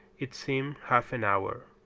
it seemed half an hour.